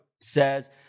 says